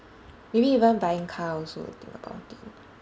maybe even buying car also if you think about it